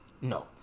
No